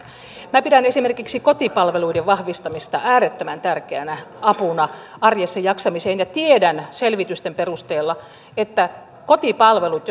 minä pidän esimerkiksi kotipalveluiden vahvistamista äärettömän tärkeänä apuna arjessa jaksamisessa ja tiedän selvitysten perusteella että kotipalvelut